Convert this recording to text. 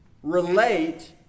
relate